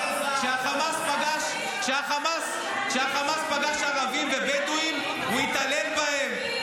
--- כשהחמאס פגש ערבים ובדואים הוא התעלל בהם,